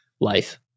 life